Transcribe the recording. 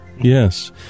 yes